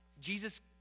Jesus